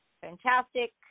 fantastic